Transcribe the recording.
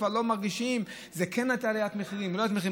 כבר לא מרגישים: זו כן עליית מחירים או לא עליית מחירים.